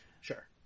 Sure